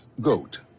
GOAT